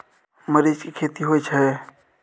मरीच के खेती होय छय?